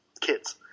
kids